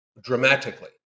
Dramatically